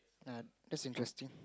uh that's interesting